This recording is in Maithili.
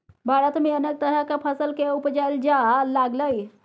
भारत में अनेक तरह के फसल के उपजाएल जा लागलइ